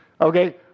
Okay